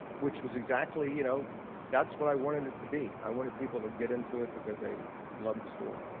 which was exactly you know that's what i wanted it to be. i wanted people who would get into it because they loved the story.